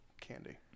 candy